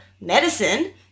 medicine